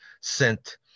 sent